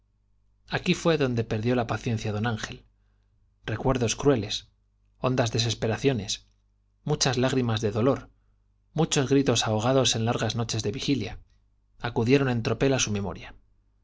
aquí fué donde perdió la paciencia don ángel recuerdos crueles hondas desesperaciones muchas lágrimas de dolor muchos gritos ahogados en largas noches de vigilia acudieron en tropel á su memoria